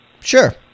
Sure